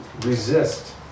resist